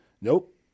Nope